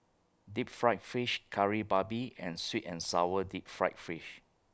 Deep Fried Fish Kari Babi and Sweet and Sour Deep Fried Fish